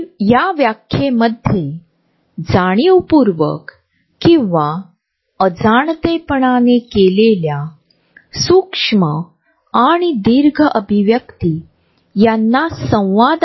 स्वतःचा वैयक्तिक अंतराळ किंवा झोन असे सूचित करतो की आम्ही इतर लोकांशी मानसिक संबंध जोडतो आम्ही दोन लोकांचे फुगे एकत्रित करीत आहोत